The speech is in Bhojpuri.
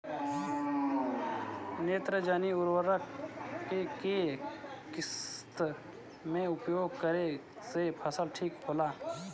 नेत्रजनीय उर्वरक के केय किस्त मे उपयोग करे से फसल ठीक होला?